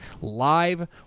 live